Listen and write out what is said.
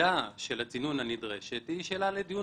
המידה של הצינון הנדרשת היא שאלה לדיון